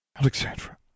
Alexandra